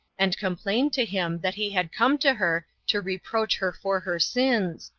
and complained to him that he had come to her to reproach her for her sins,